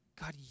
God